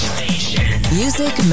music